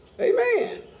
Amen